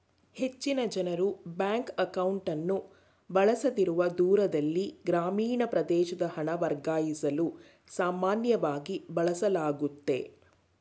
ಹೆಚ್ಚಿನ ಜನ್ರು ಬ್ಯಾಂಕ್ ಅಕೌಂಟ್ಅನ್ನು ಬಳಸದಿರುವ ದೂರದಲ್ಲಿ ಗ್ರಾಮೀಣ ಪ್ರದೇಶದ ಹಣ ವರ್ಗಾಯಿಸಲು ಸಾಮಾನ್ಯವಾಗಿ ಬಳಸಲಾಗುತ್ತೆ